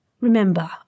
Remember